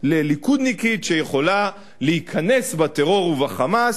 לליכודניקית שיכולה להיכנס בטרור וב"חמאס".